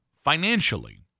financially